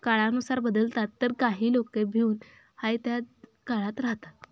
काळानुसार बदलतात तर काही लोक भिऊन आहे त्या काळात राहतात